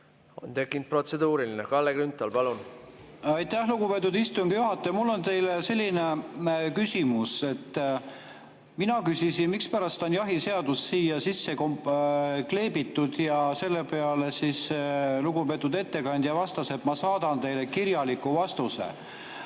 On tekkinud protseduuriline. Kalle Grünthal, palun! Aitäh, lugupeetud istungi juhataja! Mul on teile selline küsimus. Mina küsisin, mispärast on jahiseadus siia sisse kleebitud, ja selle peale lugupeetud ettekandja vastas, et ma saadan teile kirjaliku vastuse.